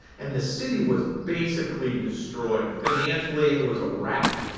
and the city was basically destroyed. financially, it was a wreck.